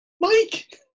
Mike